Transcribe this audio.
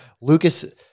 Lucas